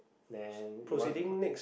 then you want to con~